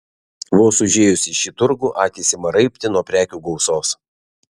vos užėjus į šį turgų akys ima raibti nuo prekių gausos